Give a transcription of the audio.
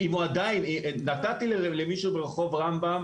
אם נתתי למישהו ברחוב רמב"ם